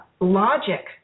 logic